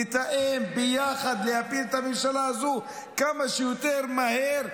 לתאם ביחד להפיל את הממשלה הזו כמה שיותר מהר,